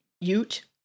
Ute